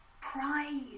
pride